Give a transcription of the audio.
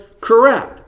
correct